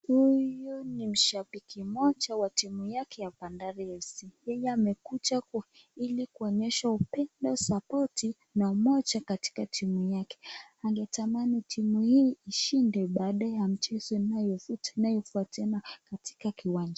Huyu ni mshabiki mmoja wa timu yake ya Bandari FC. Yeye amekuja ili kuonyesha upendo, support , na umoja katika timu yake. Angethamani timu hii ishinde kwenye mchezo unaofuata katika kiwanja.